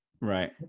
Right